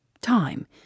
Time